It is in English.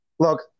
Look